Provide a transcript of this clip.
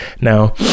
Now